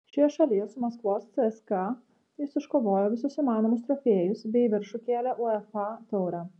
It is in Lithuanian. šioje šalyje su maskvos cska jis iškovojo visus įmanomus trofėjus bei į viršų kėlė uefa taurę